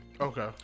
Okay